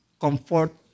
comfort